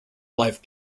live